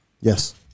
Yes